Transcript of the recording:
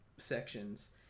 sections